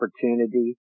opportunity